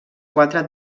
quatre